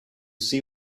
see